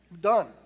Done